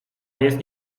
jest